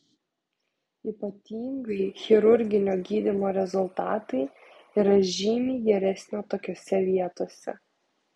ypatingai chirurginio gydymo rezultatai yra žymiai geresnio tokiose vietose